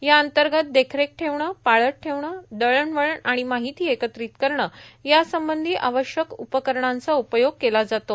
या अंतर्गत देखरेख ठेवणे पाळत ठेवणे दळणवळण आणि माहिती एकत्रित करणे यासंबंधी आवश्यक उपकरणांचा उपयोग केला जातो